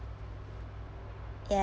ya